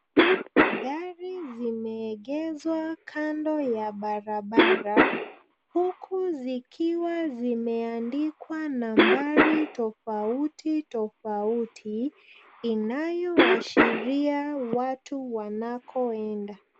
Gari zimeegezwa kando ya barabara huku zikiwa zimeandikwa nambari tofauti tofauti inayoashiria watu wanako enda.